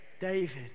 David